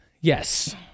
Yes